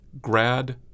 grad